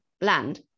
land